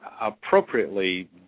appropriately